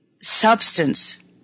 substance